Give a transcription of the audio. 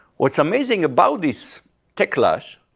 what's amazing about this tech clash,